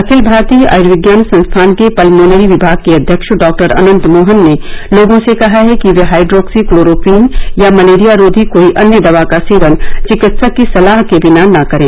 अखिल भारतीय आयुर्विज्ञान संस्थान के पलमोनरी विभाग के अध्यक्ष डॉक्टर अनन्त मोहन ने लोगों से कहा है कि वे हाइड्रोक्सी क्लोरीक्वीन या मलेरिया रोघी कोई अन्य दवा का सेवन चिकित्सक की सलाह के बिना न करें